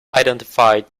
identified